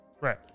Right